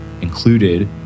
included